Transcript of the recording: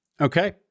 Okay